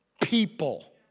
people